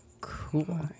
Cool